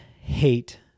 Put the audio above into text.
hate